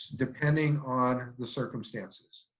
depending on the circumstances.